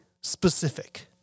specific